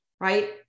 right